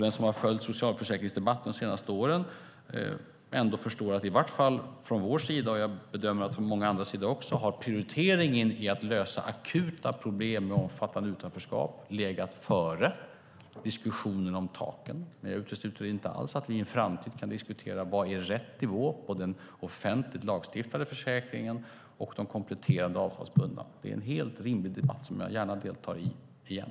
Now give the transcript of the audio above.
Den som har följt socialförsäkringsdebatten de senaste åren förstår att vår, och även andras, prioritering har varit att lösa akuta problem med omfattande utanförskap. Det har legat före diskussionen om taken. Jag utesluter inte alls att i framtiden diskutera vad som är rätt nivå på den offentligt lagstiftade försäkringen och de kompletterande avtalsbundna försäkringarna. Det är en helt rimlig debatt som jag gärna deltar i igen.